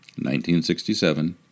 1967